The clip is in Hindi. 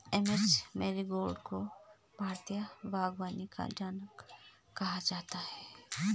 एम.एच मैरिगोडा को भारतीय बागवानी का जनक कहा जाता है